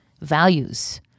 values